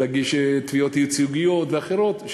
להגיש תביעות ייצוגיות ואחרות,